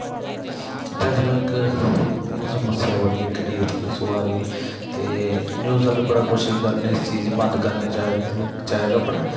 ते अज्जकल इक समस्या बड़ी ऐ इक रेप केस होआ दे ते न्यूज आह्ले बड़ा कोशश करा ने इस चीज गी बंद करना चाहिदा चाहिदा पर